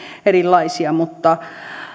erilaisia mutta